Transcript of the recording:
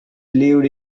lived